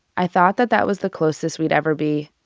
i thought that that was the closest we'd ever be.